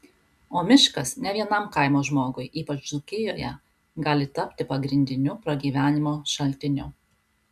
o miškas ne vienam kaimo žmogui ypač dzūkijoje gali tapti pagrindiniu pragyvenimo šaltiniu